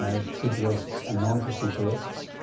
ah proceduralists and non-proceduralists.